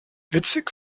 witzig